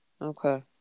Okay